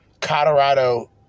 Colorado